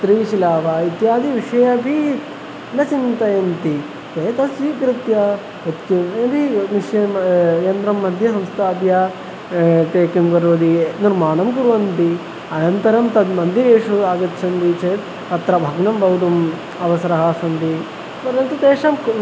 स्त्रीशिला इत्यादि विषयेऽपि न चिन्तयन्ति एतत् स्वीकृत्य यत्किमपि मिशिन् यन्त्रमध्ये संस्थाप्य तत् किं करोति निर्माणं कुर्वन्ति अनन्तरं तद् मन्दिरेषु आगच्छन्ति चेत् अत्र भग्नं भवितुम् अवसराः सन्ति परन्तु तेषाम्